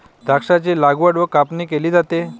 द्राक्षांची लागवड व कापणी केली जाते